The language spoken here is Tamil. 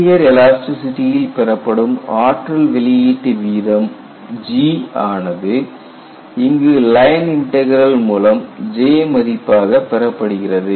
லீனியர் எலாஸ்டிசிடியில் பெறப்படும் ஆற்றல் வெளியீட்டு வீதம் வீதம் G ஆனது இங்கு லைன் இன்டக்ரல் மூலம் J மதிப்பாக பெறப்படுகிறது